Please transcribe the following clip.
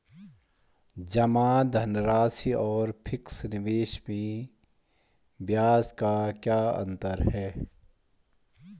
जमा धनराशि और फिक्स निवेश में ब्याज का क्या अंतर है?